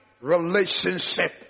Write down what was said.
relationship